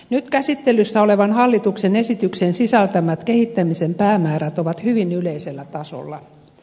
nyt käsittelyssä olevan hallituksen esityksen sisältämät kehittämisen päämäärät ovat hyvin yleisellä tasolla